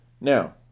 Now